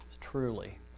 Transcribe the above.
truly